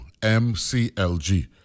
MCLG